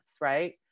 right